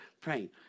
praying